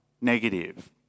negative